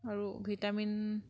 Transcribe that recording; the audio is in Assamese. আৰু ভিটামিন